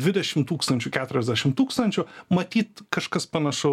dvidešim tūkstančių keturiasdešim tūkstančių matyt kažkas panašu